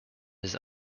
his